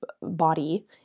body